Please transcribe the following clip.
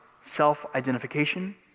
self-identification